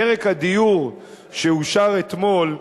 פרק הדיור, שאושר אתמול,